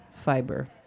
fiber